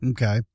Okay